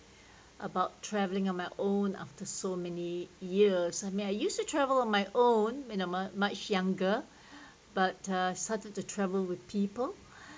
about travelling on my own after so many years I mean I used to travel on my own in a much younger but uh started to travel with people